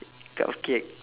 cupcake